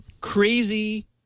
crazy